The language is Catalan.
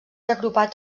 agrupat